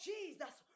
Jesus